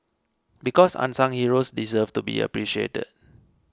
because unsung heroes deserve to be appreciated